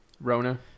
Rona